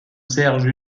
serge